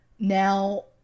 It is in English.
Now